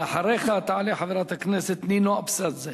אחריך תעלה חברת הכנסת נינו אבסדזה.